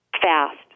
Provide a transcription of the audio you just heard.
fast